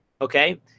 okay